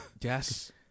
yes